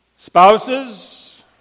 Spouses